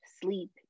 sleep